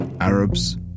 Arabs